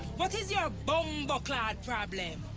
what is your bomba clart problem?